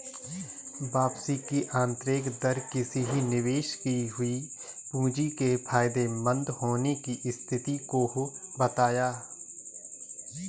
वापसी की आंतरिक दर किसी निवेश की हुई पूंजी के फायदेमंद होने की स्थिति को बताता है